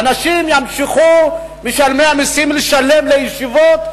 האנשים משלמי המסים ימשיכו לשלם לישיבות.